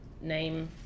Name